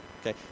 Okay